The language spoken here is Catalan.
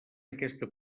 aquesta